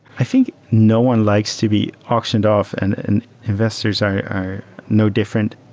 i think no one likes to be auctioned off and and investors are no different.